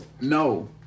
No